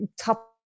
top